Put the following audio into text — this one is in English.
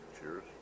Cheers